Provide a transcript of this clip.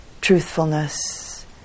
truthfulness